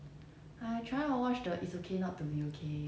mmhmm